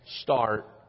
start